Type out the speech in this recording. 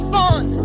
born